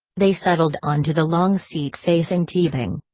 they settled onto the long seat facing teabing.